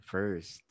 First